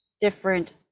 different